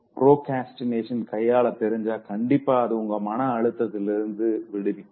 ப்ரோக்ரஸ்டினேஷன கையால தெரிஞ்சா கண்டிப்பா அது உங்கள மன அழுத்தத்திலிருந்து விடுவிக்கும்